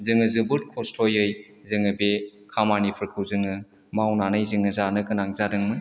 जोङो जोबोद खस्त'यै जोङो बे खामानिफोरखौ जोङो मावनानै जोङो जानो गोनां जादोंमोन